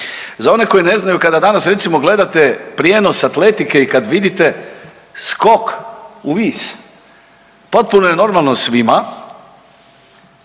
Za one koji ne znaju kada danas recimo gledate prijenos atletike i kad vidite skok u vis potpuno je normalno svima